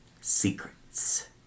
secrets